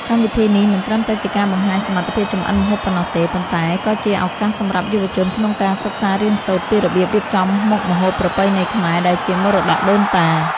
កម្មវិធីនេះមិនត្រឹមតែជាការបង្ហាញសមត្ថភាពចម្អិនម្ហូបប៉ុណ្ណោះទេ ប៉ុន្តែក៏ជាឱកាសសម្រាប់យុវជនក្នុងការសិក្សារៀនសូត្រពីរបៀបរៀបចំមុខម្ហូបប្រពៃណីខ្មែរដែលជាមរតកដូនតា។